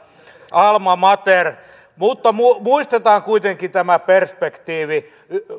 alma mater mutta muistetaan kuitenkin tämä perspektiivi kun